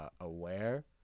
aware